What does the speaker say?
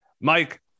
Mike